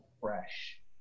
fresh